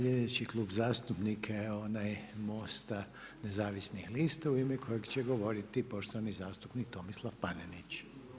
Sljedeći Klub zastupnika je onaj MOST-a Nezavisnih lista u ime kojeg će govoriti poštovani zastupnik Tomislav Panenić.